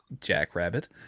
Jackrabbit